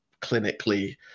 clinically